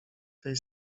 tej